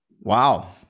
Wow